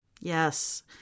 Yes